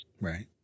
Right